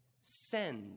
Send